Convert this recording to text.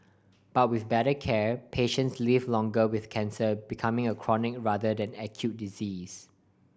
but with better care patients live longer with cancer becoming a chronic rather than acute disease